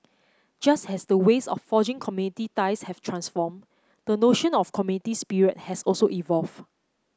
just as the ways of forging community ties have transformed the notion of community spirit has also evolved